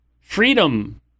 freedom